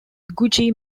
gucci